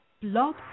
Blog